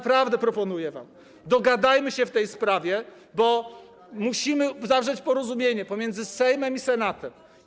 Proponuję wam: Dogadajmy się w tej sprawie, bo musimy zawrzeć porozumienie pomiędzy Sejmem i Senatem.